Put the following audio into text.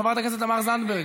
חברת הכנסת תמר זנדברג,